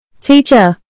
Teacher